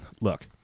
look